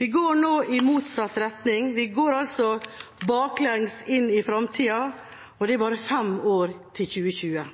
Vi går nå i motsatt retning – vi går altså baklengs inn i framtida, og det er bare fem år til 2020.